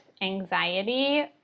anxiety